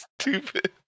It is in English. Stupid